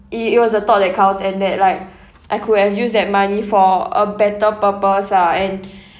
it it it was the thought that counts and that like I could have used that money for a better purpose ah and